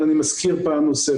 אבל אני מזכיר גם פעם נוספת,